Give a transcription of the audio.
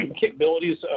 capabilities